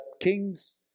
kings